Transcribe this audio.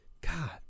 God